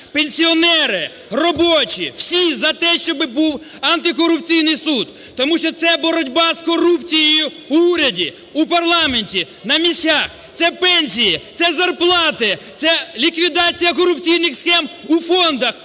Пенсіонери, робочі – всі за те, щоб був антикорупційний суд, тому що це боротьба з корупцією в уряді, у парламенті, на місцях, це пенсії, це зарплати, це ліквідація корупційних схем у фондах,